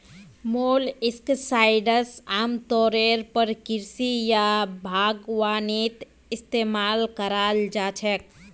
molluscicides आमतौरेर पर कृषि या बागवानीत इस्तमाल कराल जा छेक